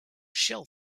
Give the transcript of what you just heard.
shell